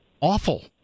Awful